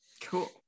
cool